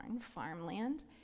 farmland